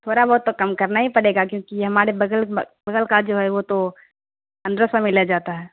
تھوڑا بہت تو کم کرنا ہی پڑے گا کیونکہ یہ ہمارے بغل بغل کا جو ہے وہ تو پندرہ سو میں لے جاتا ہے